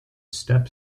step